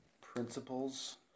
principles